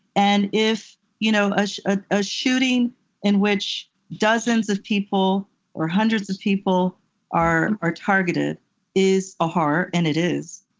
and if you know ah ah a shooting in which dozens of people or hundreds of people are targeted is a horror, and it is,